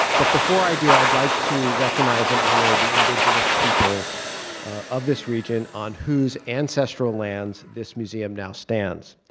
but before i do, i'd like to recognize and honor the indigenous peoples of this region on whose ancestral lands this museum now stands.